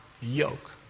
yoke